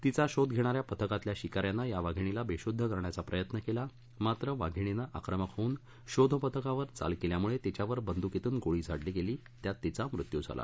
तिचा शोध घेणाऱ्या पथकातल्या शिकाऱ्याने या वाधिणीला बेशुद्ध करण्याचा प्रयत्न केला मात्र वाघिणीने आक्रमक होऊन शोध पथकावर चाल केल्यामुळे तिच्यावर बंदुकीतून गोळी झाडली गेली त्यात तिचा मृत्यू झाला